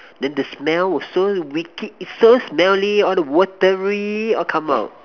then the smell was so wicked it's so smelly all the watery all come out